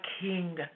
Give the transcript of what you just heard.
king